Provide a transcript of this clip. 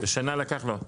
ושנה לקח לו?